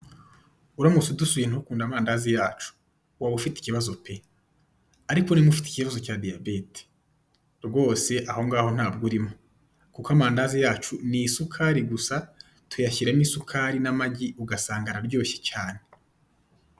Uramutse udusuye ntukunde amandazi yacu waba ufite ibibazo pe ariko niba ufite ibibazo cya diyabete rwose aho ngaho ntabwo urimo kuko amandazi yacu ni isukari gusa, tuyashyiramo isukari n'amagi ugasanga araryoshye cyane.